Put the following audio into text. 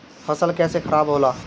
फसल कैसे खाराब होला?